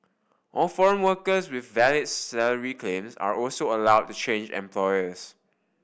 all foreign workers with valid salary claims are also allowed to change employers